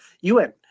UN